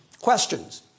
Questions